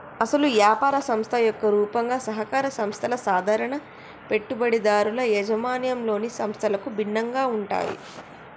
అసలు యాపార సంస్థ యొక్క రూపంగా సహకార సంస్థల సాధారణ పెట్టుబడిదారుల యాజమాన్యంలోని సంస్థలకు భిన్నంగా ఉంటాయి